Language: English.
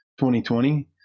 2020